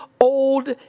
Old